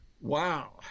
Wow